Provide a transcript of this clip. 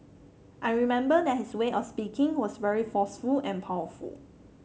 I remember that his way of speaking was very forceful and powerful